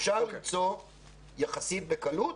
אפשר למצוא יחסית בקלות